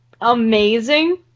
amazing